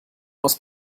aus